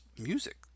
music